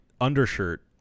undershirt